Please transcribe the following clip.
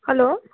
hello